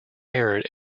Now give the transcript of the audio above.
arid